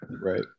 Right